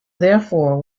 therefore